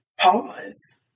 pause